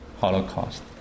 Holocaust